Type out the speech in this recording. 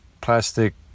plastic